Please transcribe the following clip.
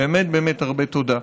באמת באמת, הרבה תודה.